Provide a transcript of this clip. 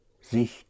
sich